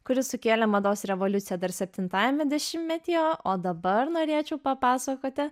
kuris sukėlė mados revoliuciją dar septintajame dešimmetyje o dabar norėčiau papasakoti